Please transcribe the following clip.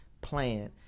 plan